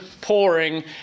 pouring